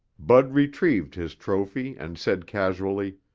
bud retrieved his trophy and said casually,